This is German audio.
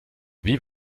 wie